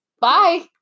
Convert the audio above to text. Bye